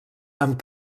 amb